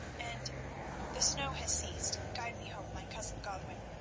and the snow has ceased guide me home, my cousin godwin.